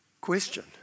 Question